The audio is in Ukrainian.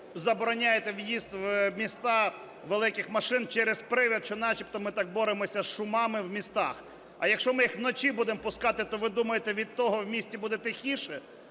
забороняєте в'їзд в міста великих машин через привід, що начебто ми так боремося з шумами в містах. А якщо ми їх вночі будемо пускати, то, ви думаєте, від того в місті буде тихіше?